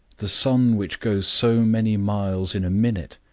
the sun which goes so many miles in a minute,